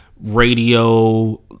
radio